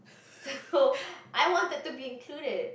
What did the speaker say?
so I wanted to be included